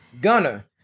Gunner